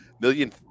million